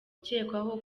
ukekwaho